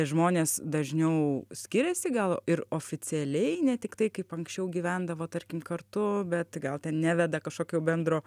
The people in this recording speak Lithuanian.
žmonės dažniau skiriasi gal ir oficialiai ne tik tai kaip anksčiau gyvendavo tarkim kartu bet gal ten neveda kažkokio bendro